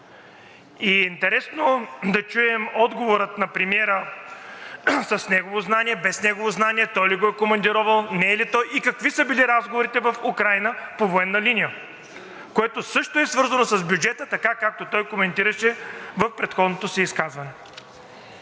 Интересно е да чуем отговора на премиера – с негово знание, без негово знание, той ли го е командировал, не е ли той? Какви са били разговорите в Украйна по военна линия, което също е свързано с бюджета, така както той коментираше в предходното си изказване?